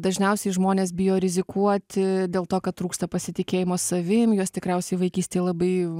dažniausiai žmonės bijo rizikuoti dėl to kad trūksta pasitikėjimo savim juos tikriausiai vaikystėj labai